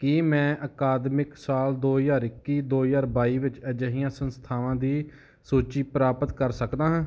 ਕੀ ਮੈਂ ਅਕਾਦਮਿਕ ਸਾਲ ਦੋ ਹਜ਼ਾਰ ਇੱਕੀ ਦੋ ਹਜ਼ਾਰ ਬਾਈ ਵਿੱਚ ਅਜਿਹੀਆਂ ਸੰਸਥਾਵਾਂ ਦੀ ਸੂਚੀ ਪ੍ਰਾਪਤ ਕਰ ਸਕਦਾ ਹਾਂ